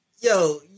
Yo